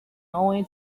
only